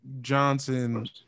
Johnson